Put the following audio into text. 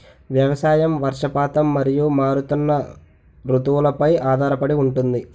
వ్యవసాయం వర్షపాతం మరియు మారుతున్న రుతువులపై ఆధారపడి ఉంటుంది